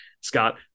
Scott